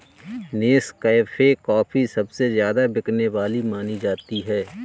Nescafe coffee सबसे ज्यादा बिकने वाली मानी जाती है